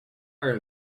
are